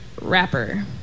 rapper